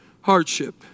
hardship